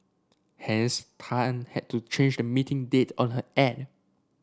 hence Tan had to change the meeting date on her end